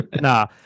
Nah